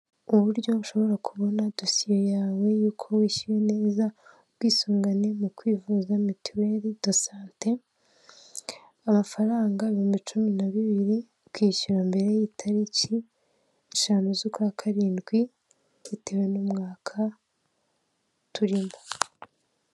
Uburyo ushobora kubona dosiye yawe y'uko wishyuye neza, ubwisungane mu kwivuza mituweri de sante, amafaranga ibihumbi cumi na bibiri, ukishyura mbere y'itariki eshanu z'ukwa karindwi bitewe n'umwaka turimo.